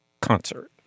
concert